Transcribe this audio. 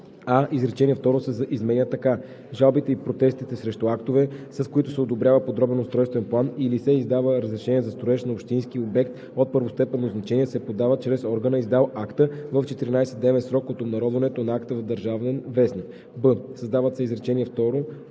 а) изречение второ се изменя така: „Жалбите и протестите срещу актове, с които се одобрява подробен устройствен план или се издава разрешение за строеж на общински обект от първостепенно значение, се подават чрез органа, издал акта, в 14-дневен срок от обнародването на акта в „Държавен вестник“; б) създават се изречения трето